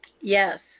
Yes